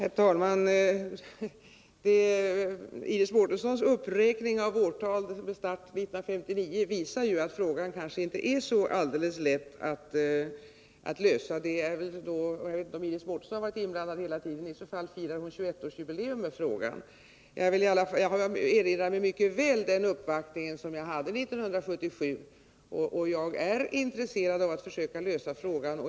Herr talman! Iris Mårtenssons uppräkning av årtal, med start 1959, visar att frågan kanske inte är så alldeles lätt att lösa. Jag vet inte om Iris Mårtensson varit inblandad hela tiden, men om hon varit det firar hon 21-årsjubileum med frågan. Jag erinrar mig mycket väl uppvaktningen 1977, och jag är intresserad av att försöka lösa frågan.